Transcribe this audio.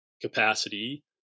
capacity